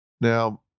Now